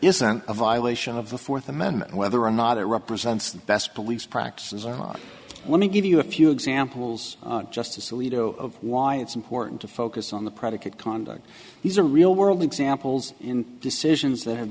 isn't a violation of the fourth amendment whether or not it represents the best police practices are let me give you a few examples justice alito of why it's important to focus on the predicate conduct these are real world examples in decisions that have